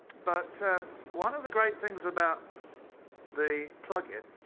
but sort of one of the great things about the plugin